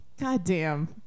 Goddamn